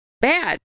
Bad